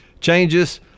changes